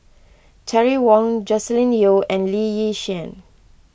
Terry Wong Joscelin Yeo and Lee Yi Shyan